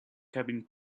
cabin